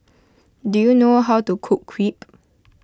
do you know how to cook Crepe